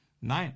Nein